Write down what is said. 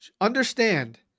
Understand